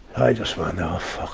i just went, aw, fuck.